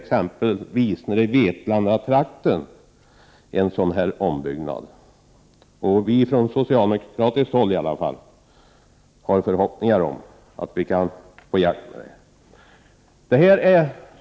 Nere i Vetlandatrakten har det skett en sådan ombyggnad. Ifrån socialdemokratiskt håll har vi i alla fall förhoppningar om att vi kan få hjälp.